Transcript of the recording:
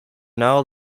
now